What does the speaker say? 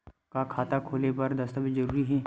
का खाता खोले बर दस्तावेज जरूरी हे?